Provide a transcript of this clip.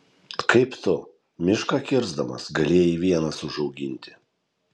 kaip tu mišką kirsdamas galėjai vienas užauginti